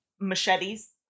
machetes